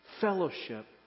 fellowship